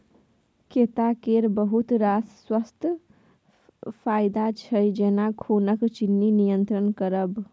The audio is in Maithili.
कैता केर बहुत रास स्वास्थ्य फाएदा छै जेना खुनक चिन्नी नियंत्रण करब